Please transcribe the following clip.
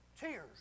tears